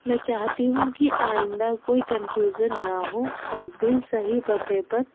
میں چاہتی ہوں کہ آئندہ کوئی کنفیوژن نہ ہو اور بل صحیح پتے پر